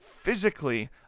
physically